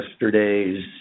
yesterday's